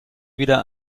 wieder